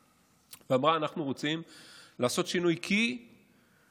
ואמרה: אנחנו רוצים לעשות שינוי כי החלטנו